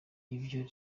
ibyo